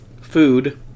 food